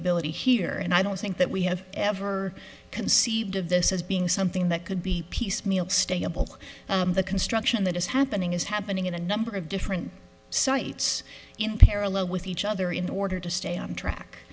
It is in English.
ability here and i don't think that we have ever conceived of this as being something that could be piecemeal stable the construction that is happening is happening in a number of different sites in parallel with each other in order to stay on track